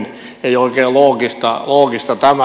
ei ole oikein loogista tämä